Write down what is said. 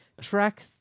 track